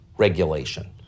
regulation